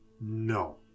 no